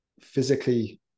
physically